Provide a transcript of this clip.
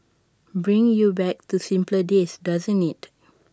brings you back to simpler days doesn't IT